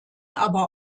aber